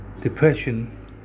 Depression